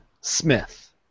Smith